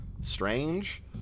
strange